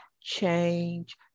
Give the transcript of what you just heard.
change